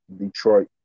Detroit